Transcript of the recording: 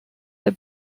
der